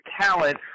talent